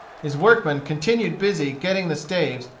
his workmen continued busy getting the staves,